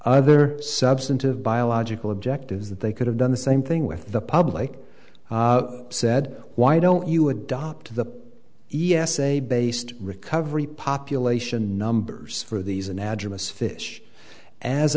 other substantive biological objectives that they could have done the same thing with the public said why don't you adopt the e s a based recovery population numbers for these and address fish as